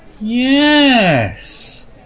Yes